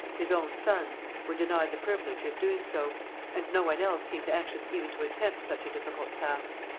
his own sons, were denied the privilege of doing so and no one else seemed anxious even to attempt such a difficult task.